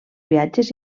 viatges